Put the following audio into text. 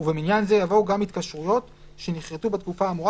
ובמניין זה יבואו גם התקשרויות שנכרתו בתקופה האמורה